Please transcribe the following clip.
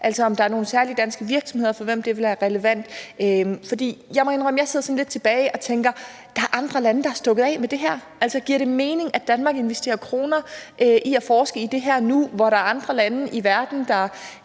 altså om der er nogle særlige danske virksomheder, for hvem det ville være relevant. For jeg må indrømme, at jeg sidder tilbage og lidt tænker, at der er andre lande, der er stukket af med det her. Altså, giver det mening, at Danmark investerer kroner i at forske i det her nu, hvor der er andre lande i verden, der